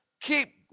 keep